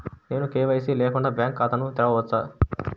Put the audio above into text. నేను కే.వై.సి లేకుండా బ్యాంక్ ఖాతాను తెరవవచ్చా?